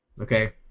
okay